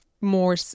more